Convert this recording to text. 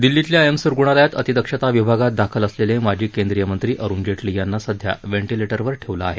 दिल्लीतल्या एम्स रुग्णालयात अतिदक्षता विभागात दाखल असलेले माजी केंद्रीय मंत्री अरुण जेटली यांना सध्या वेन्टीलेटवर ठेवलं आहे